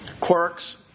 Quirks